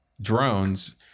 drones